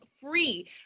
free